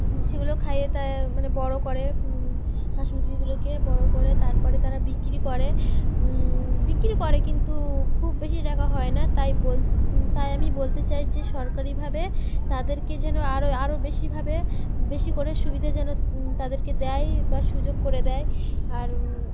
সেগুলো খাইয়ে তাাই মানে বড়ো করে হাঁসমুরগিগুলোকে বড়ো করে তারপরে তারা বিক্রি করে বিক্রি করে কিন্তু খুব বেশি টাকা হয় না তাই বল তাই আমি বলতে চাই যে সরকারিভাবে তাদেরকে যেন আরও আরও বেশিভাবে বেশি করে সুবিধা যেন তাদেরকে দেয় বা সুযোগ করে দেয় আর